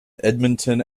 edmonton